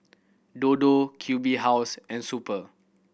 Dodo Q B House and Super